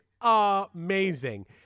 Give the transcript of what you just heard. amazing